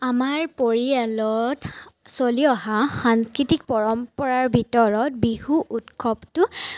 আমাৰ পৰিয়ালত চলি অহা সাংস্কৃতিক পৰম্পৰাৰ ভিতৰত বিহু উৎসৱটো